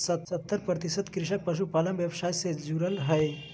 सत्तर प्रतिशत कृषक पशुपालन व्यवसाय से जुरल हइ